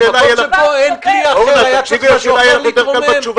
אורנה, תקשיבי לשאלה, יהיה לך יותר קל עם התשובה.